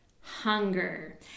hunger